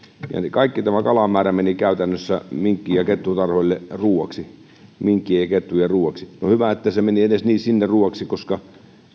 kaikki tämä kalamäärä meni käytännössä minkki ja kettutarhoille ruuaksi minkkien ja kettujen ruoaksi no hyvä että se meni edes sinne ruuaksi koska